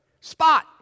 Spot